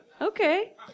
okay